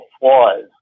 flaws